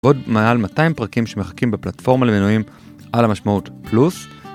עוד מעל 200 פרקים שמחכים בפלטפורמה למינויים על המשמעות פלוס